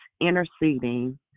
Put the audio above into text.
interceding